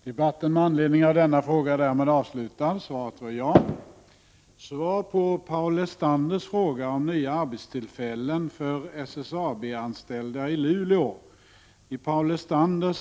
Ledningen för SSAB-Luleåverken tycks vara fast besluten att lägga ner finvalsverket i Luleå. Dessutom kommer ytterligare rationaliseringar att ske som medför personalminskningar. Totalt kan detta innebära att minst 700 jobb försvinner vid Luleåverket.